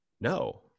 no